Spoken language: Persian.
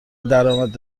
درآمد